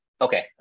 Okay